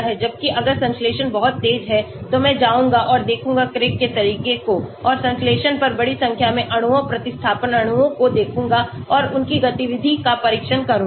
जबकि अगर संश्लेषण बहुत तेज है तो मैं जाऊंगाऔर देखूंगा क्रेग के तरीके को और संश्लेषण पर बड़ी संख्या में अणुओं प्रतिस्थापन अणुओं को देखूंगा और उनकी गतिविधि का परीक्षण करूंगा